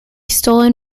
stolen